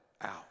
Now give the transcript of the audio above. out